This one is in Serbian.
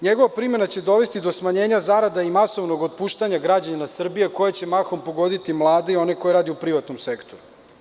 Njegova primena će dovesti do smanjenja zarada i masovnog otpuštanja građana Srbije, koje će mahom pogoditi mlade i one koji rade u privatnom sektoru.